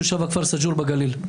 תושב הכפר סאג'ור בגליל.